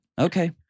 Okay